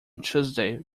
tuesday